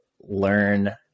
learn